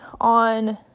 on